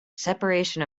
separation